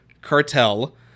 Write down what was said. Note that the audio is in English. cartel